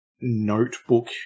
notebook